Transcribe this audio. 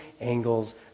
angles